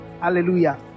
hallelujah